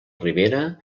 ribera